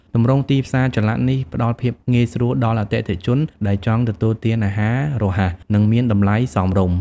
ទម្រង់ទីផ្សារចល័តនេះផ្តល់ភាពងាយស្រួលដល់អតិថិជនដែលចង់ទទួលទានអាហាររហ័ស និងមានតម្លៃសមរម្យ។